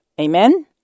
Amen